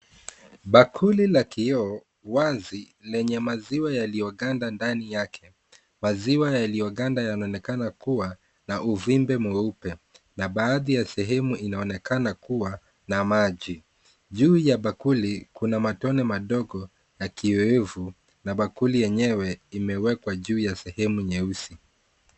Bakuli la kioo wazi lenye maziwa yaliyoganda ndani yake. Maziwa yaliyoganda yanaonekana kuwa na uvimbe mweupe, na baadhi ya sehemu inaonekana kuwa na maji. Juu ya bakuli kuna matone madogo na kioevu na bakuli yenyewe imewekwa juu ya sehemu nyeusi.